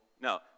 No